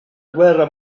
guerra